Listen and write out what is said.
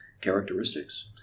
characteristics